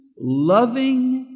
loving